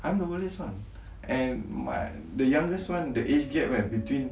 I'm the oldest [one] and my the youngest [one] my age gap eh between